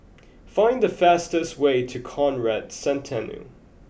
find the fastest way to Conrad Centennial